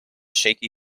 shaky